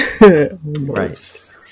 Right